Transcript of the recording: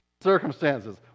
circumstances